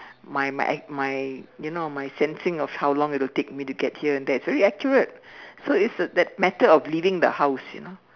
my my my my you know my sensing of how long it'll take me to get here and there it's very accurate so it's uh that matter of leaving the house you know